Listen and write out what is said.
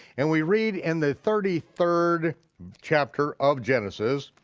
and we read in the thirty third chapter of genesis,